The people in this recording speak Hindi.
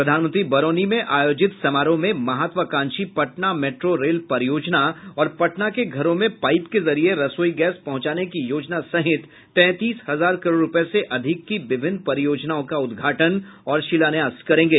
प्रधानमंत्री बरौनी में आयोजित समारोह में महत्वाकांक्षी पटना मेट्रो रेल परियोजना और पटना के घरों में पाईप के जरिये रसोई गैस पहुंचाने की योजना सहित तैंतीस हजार करोड़ रूपये से अधिक की विभिन्न परियोजनाओं का उद्घाटन और शिलान्यास करेंगे